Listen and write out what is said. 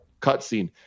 cutscene